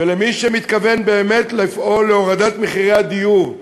ולמי שמתכוון באמת לפעול להורדת מחירי הדיור: